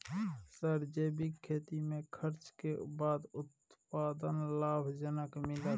Sir जैविक खेती में खर्च के बाद उत्पादन लाभ जनक मिलत?